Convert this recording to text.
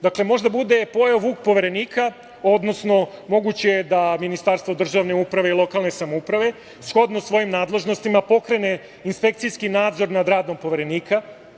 Dakle, može da bude pojeo vuk Poverenika, odnosno moguće je da Ministarstvo državne uprave i lokalne samouprave shodno svojim nadležnostima pokrene inspekcijski nadzor nad radom Poverenika.